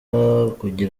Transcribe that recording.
batange